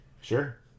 Sure